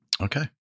Okay